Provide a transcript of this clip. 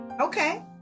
Okay